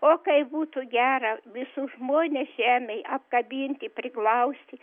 o kaip būtų gera visus žmones žemėj apkabinti priglausti